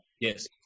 Yes